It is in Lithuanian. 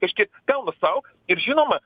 kažkaip pelnos sau ir žinoma